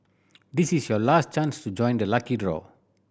this is your last chance to join the lucky draw